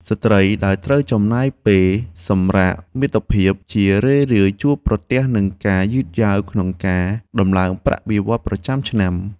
ស្ត្រីដែលត្រូវចំណាយពេលសម្រាកមាតុភាពជារឿយៗជួបប្រទះនឹងការយឺតយ៉ាវក្នុងការតម្លើងប្រាក់បៀវត្សរ៍ប្រចាំឆ្នាំ។